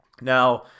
Now